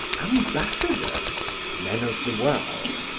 ambassadors men of the world,